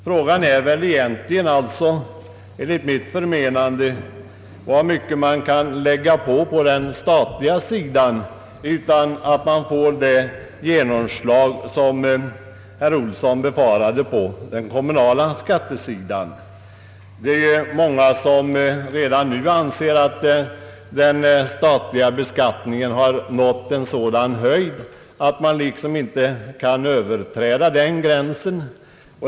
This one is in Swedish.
Frågan är enligt mitt förmennande hur mycket man kan lägga på på den statliga sidan utan att vi får det genomslag som herr Olsson befarade på den kommunala sidan. Det är många som redan nu anser att den statliga beskattningen har nått en sådan höjd att man liksom inte kan Ööverträda den gränsen.